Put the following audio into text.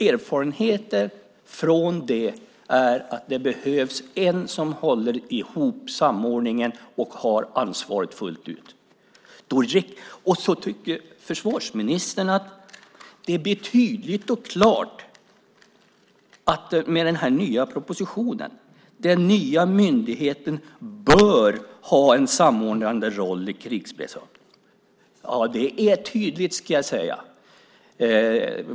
Erfarenheterna från det är att det behövs en enda myndighet som håller ihop samordningen och har ansvaret fullt ut. Försvarsministern tycker att det blir tydligt och klart med den nya propositionen. Den nya myndigheten bör ha en samordnande roll i krisberedskapen. Det är tydligt, ska jag säga!